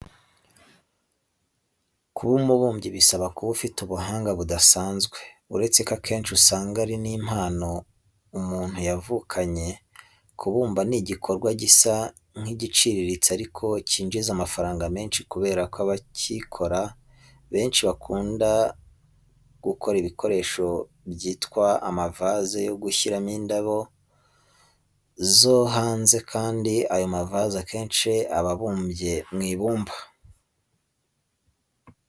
Kuba umubumbyi bisaba kuba ufite ubuhanga budasanzwe, uretse ko akenshi usanga ari impano umunu yavukanye. Kubumba ni igikorwa gisa nk'igiciriritse ariko cyinjiza amafaranga menshi kubera ko abakire benshi bakunda ibikoresho byitwa amavaze yo gushyiramo indabyo zo hanze kandi ayo mavaze akenshi aba abumbye mu ibumba.